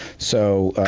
so,